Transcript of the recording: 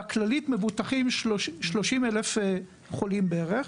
בכללית מבוטחים 30,000 חולים בערך,